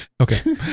Okay